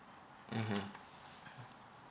mmhmm